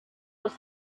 was